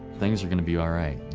things are going to be all right.